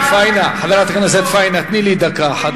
פאינה, חברת הכנסת פאינה, תני לי דקה אחת.